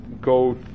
go